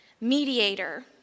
mediator